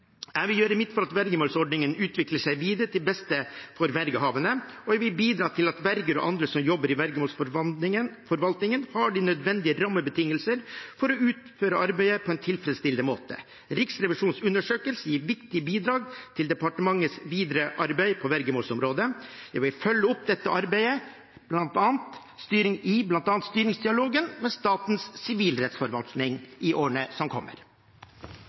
Jeg vil gjøre mitt for at vergemålsordningen utvikler seg videre til beste for vergehaverne, og jeg vil bidra til at verger og andre som jobber i vergemålsforvaltningen, har de nødvendige rammebetingelser for å utføre arbeidet på en tilfredsstillende måte. Riksrevisjonens undersøkelse gir viktige bidrag til departementets videre arbeid på vergemålsområdet. Jeg vil følge opp dette arbeidet i bl.a. styringsdialogen med Statens sivilrettsforvaltning i årene som kommer.